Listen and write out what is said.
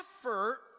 effort